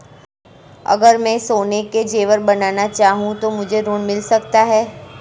अगर मैं सोने के ज़ेवर बनाना चाहूं तो मुझे ऋण मिल सकता है?